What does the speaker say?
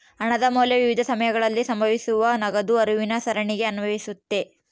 ಹಣದ ಮೌಲ್ಯ ವಿವಿಧ ಸಮಯಗಳಲ್ಲಿ ಸಂಭವಿಸುವ ನಗದು ಹರಿವಿನ ಸರಣಿಗೆ ಅನ್ವಯಿಸ್ತತೆ